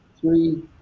three